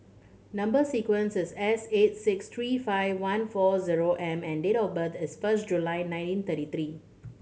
number sequence is S eight six three five one four zero M and date of birth is first July nineteen thirty three